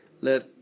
Let